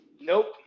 Nope